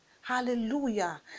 Hallelujah